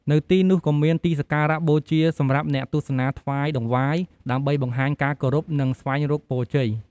នៅទីនោះក៏មានទីសក្ការៈបូជាសម្រាប់អ្នកទស្សនាថ្វាយតង្វាយ ដើម្បីបង្ហាញការគោរព និងស្វែងរកពរជ័យ។